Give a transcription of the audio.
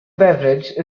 beverage